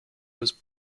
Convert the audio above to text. was